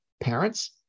parents